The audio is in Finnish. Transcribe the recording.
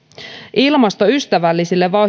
ilmastoystävällisille